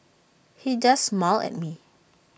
he just smiled at me